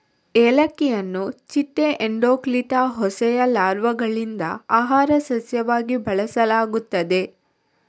ಏಲಕ್ಕಿಯನ್ನು ಚಿಟ್ಟೆ ಎಂಡೋಕ್ಲಿಟಾ ಹೋಸೆಯ ಲಾರ್ವಾಗಳಿಂದ ಆಹಾರ ಸಸ್ಯವಾಗಿ ಬಳಸಲಾಗುತ್ತದೆ